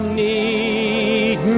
need